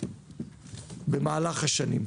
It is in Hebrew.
במהלך השנים.